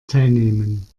teilnehmen